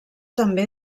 també